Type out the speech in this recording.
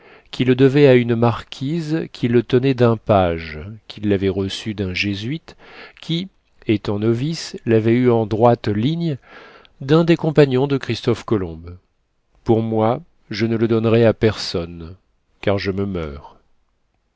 qui le devait à une marquise qui le tenait d'un page qui l'avait reçu d'un jésuite qui étant novice l'avait eu en droite ligne d'un des compagnons de christophe colomb pour moi je ne le donnerai à personne car je me meurs